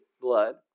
blood